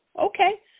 Okay